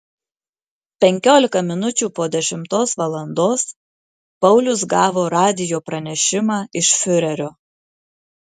penkiolika minučių po dešimtos valandos paulius gavo radijo pranešimą iš fiurerio